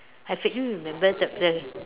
I vaguely remember the the